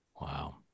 Wow